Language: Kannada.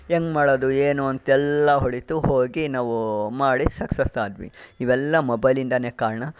ಹೆಂಗೆ ಮಾಡೋದು ಏನು ಅಂತೆಲ್ಲ ಹೊಳೀತು ಹೋಗಿ ನಾವು ಮಾಡಿ ಸಕ್ಸಸ್ ಆದ್ವಿ ಇವೆಲ್ಲ ಮೊಬೈಲ್ ಇಂದಲೇ ಕಾರಣ